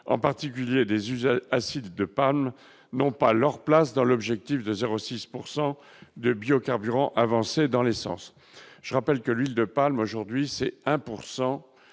en particulier des usages acide de panne n'ont pas leur place dans l'objectif de 0 6 pourcent de biocarburants avancés dans l'essence, je rappelle que l'huile de palme, aujourd'hui c'est 1